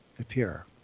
appear